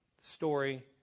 story